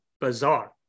bizarre